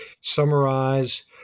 summarize